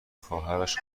خواهرش